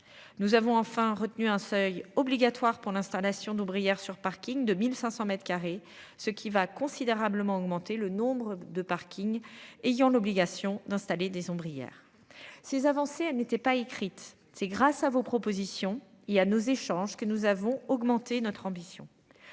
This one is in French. Nous avons enfin retenu un seuil obligatoire pour l'installation d'ombrières sur Parking de 1500 m2, ce qui va considérablement augmenter le nombre de parkings ayant l'obligation d'installer des ombrière ces avancées. Elle n'était pas écrite, c'est grâce à vos propositions et à nos échanges que nous avons augmenté notre ambition.